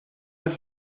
vez